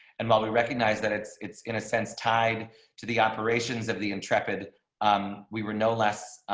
and while we recognize that it's, it's, in a sense, tied to the operations of the intrepid um we were no less.